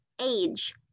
age